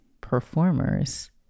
performers